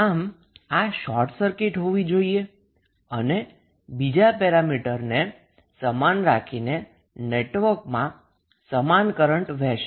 આમ આ short circuit હોવી જોઈએ અને બીજા પેરામીટરને સમાન રાખીને નેટવર્કમાં સમાન કરન્ટ વહેશે